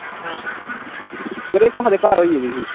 sir ओह् केह् आक्खदे घर होई दी ही